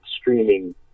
streaming